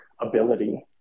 ability